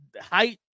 height